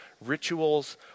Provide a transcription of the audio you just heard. rituals